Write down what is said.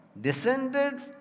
descended